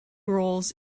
roles